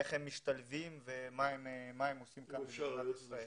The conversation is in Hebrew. איך הם משתלבים ומה הם עושים כאן במדינת ישראל.